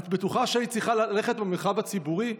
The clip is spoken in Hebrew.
את בטוחה שהיית צריכה ללכת במרחב הציבורי?